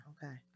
Okay